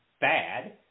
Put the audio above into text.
bad